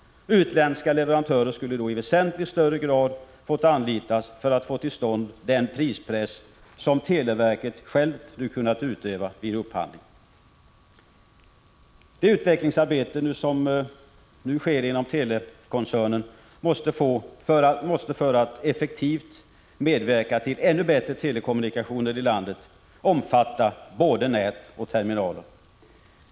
Utländska leverantörer skulle då i väsentligt högre grad ha fått anlitas för att få till stånd den prispress som man själv nu kunnat utöva vid upphandling. Det utvecklingsarbete som nu sker inom telekoncernen måste, för att effektivt medverka till ännu bättre telekommunikationer i landet, omfatta både nät och terminaler.